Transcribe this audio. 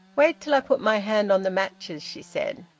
wait till i put my hand on the matches, she said.